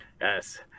yes